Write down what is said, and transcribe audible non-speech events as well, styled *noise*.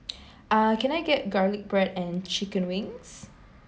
*breath* uh can I get garlic bread and chicken wings